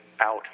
out